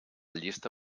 llista